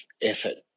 effort